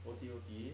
O_T_O_T